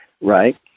Right